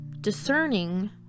discerning